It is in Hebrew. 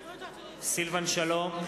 סילבן שלום,